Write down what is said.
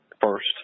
first